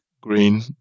green